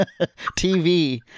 TV